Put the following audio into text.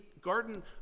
Garden